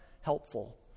helpful